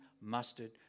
mustard